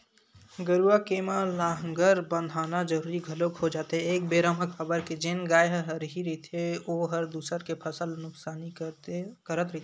गरुवा के म लांहगर बंधाना जरुरी घलोक हो जाथे एक बेरा म काबर के जेन गाय ह हरही रहिथे ओहर दूसर के फसल ल नुकसानी करत रहिथे